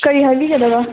ꯀꯔꯤ ꯍꯥꯏꯕꯤꯒꯗꯕ